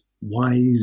wise